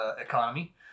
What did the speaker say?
economy